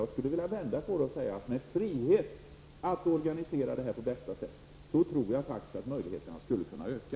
Jag skulle vilja vända på det hela och säga att med frihet att organisera detta på bästa sätt, tror jag faktiskt att möjligheterna skulle kunna öka.